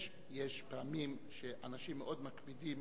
יש פעמים שאנשים מאוד מקפידים